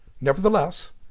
Nevertheless